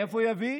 מאיפה הוא יביא?